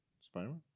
Spider-Man